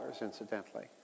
incidentally